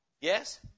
Yes